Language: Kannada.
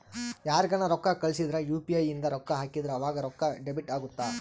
ಯಾರ್ಗನ ರೊಕ್ಕ ಕಳ್ಸಿದ್ರ ಯು.ಪಿ.ಇ ಇಂದ ರೊಕ್ಕ ಹಾಕಿದ್ರ ಆವಾಗ ರೊಕ್ಕ ಡೆಬಿಟ್ ಅಗುತ್ತ